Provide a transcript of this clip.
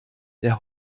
der